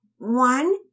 One